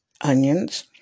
onions